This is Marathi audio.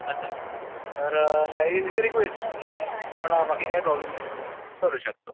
असं तर हे इझ अ रिक्वेस्ट म्हणजे पण बाकी काही प्रॉब्लेम नाही चालू शकतो